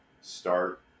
start